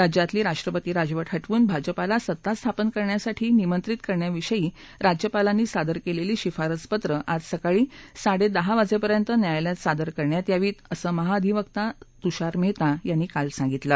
राज्यातली राष्ट्रपती राजवट हटवून भाजपाला सत्ता स्थापन करण्यासाठी निमंत्रित करण्याविषयी राज्यपालांनी सादर केलेली शिफारस पत्र आज सकाळी साडे दहा वाजेपर्यंत न्यायालयात सादर करण्यात यावी असं महाधिवका तूषार मेहता यांनी काल सांगितलं